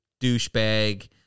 douchebag